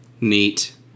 neat